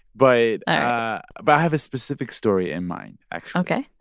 but i but have a specific story in mind, actually ok